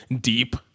deep